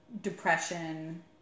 depression